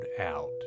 out